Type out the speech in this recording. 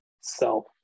self